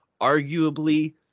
arguably